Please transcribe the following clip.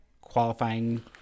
qualifying